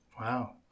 Wow